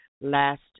last